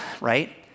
right